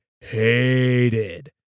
hated